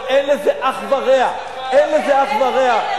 אין לזה אח ורע, אין לזה אח ורע.